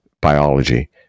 biology